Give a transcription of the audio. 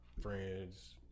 friends